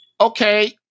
Okay